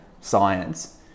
science